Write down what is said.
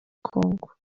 kongo